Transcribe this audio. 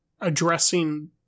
addressing